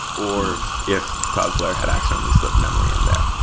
or if cloudflare had accidently slipped memory in there.